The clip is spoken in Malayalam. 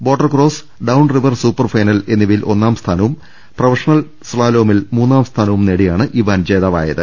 ബോട്ടർക്രോസ് ഡൌൺറിവർ സൂപ്പർ ഫൈനൽ എന്നിവയിൽ ഒന്നാം സ്ഥാനവും പ്രൊഫഷണൽ സ്ലാലോമിൽ മൂന്നാം സ്ഥാനവും നേടിയാണ് ഇവാൻ ജേതാവായത്